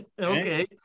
Okay